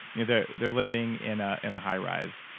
you know they're they're living in ah in a high rise.